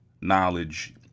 knowledge